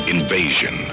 Invasion